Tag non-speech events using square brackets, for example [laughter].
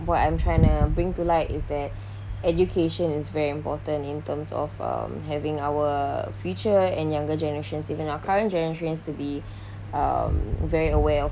what I'm trying to bring to light is that [breath] education is very important in terms of um having our future and younger generations even our current generations to be [breath] um very aware of